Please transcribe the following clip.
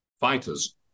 fighters